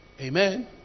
amen